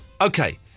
okay